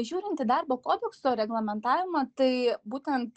žiūrint į darbo kodekso reglamentavimą tai būtent